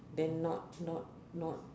then not not not